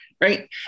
right